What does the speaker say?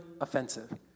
offensive